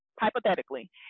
hypothetically